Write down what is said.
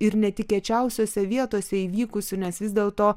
ir netikėčiausiose vietose įvykusių nes vis dėlto